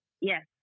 Yes